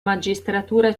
magistratura